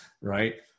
right